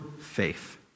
faith